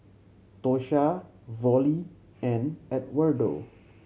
Tosha Vollie and Edwardo